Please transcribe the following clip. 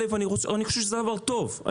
אני חושב שזה דבר טוב.